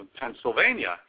Pennsylvania